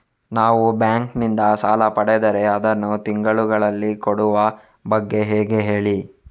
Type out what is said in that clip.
ನಾವು ಬ್ಯಾಂಕ್ ನಿಂದ ಸಾಲ ಪಡೆದರೆ ಅದನ್ನು ತಿಂಗಳುಗಳಲ್ಲಿ ಕೊಡುವ ಬಗ್ಗೆ ಹೇಗೆ ಹೇಳಿ